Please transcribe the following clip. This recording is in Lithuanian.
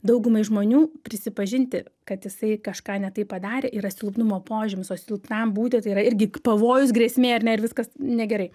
daugumai žmonių prisipažinti kad jisai kažką ne taip padarė yra silpnumo požymis o silpnam būti tai yra irgi pavojus grėsmė ar ne ir viskas negerai